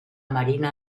marina